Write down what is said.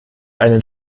einen